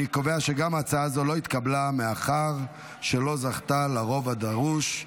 אני קובע שגם הצעה זו לא התקבלה מאחר שלא זכתה לרוב הדרוש.